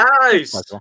nice